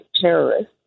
terrorists